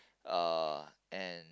uh and